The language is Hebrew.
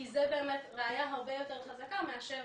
כי זה באמת ראיה הרבה יותר חזקה מאשר